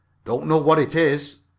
don't know what it is.